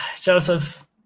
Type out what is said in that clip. Joseph